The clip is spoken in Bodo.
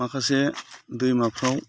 माखासे दैमाफ्राव